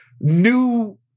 new